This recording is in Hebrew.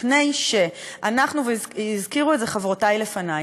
מפני שאנחנו והזכירו את זה כאן חברותי לפני,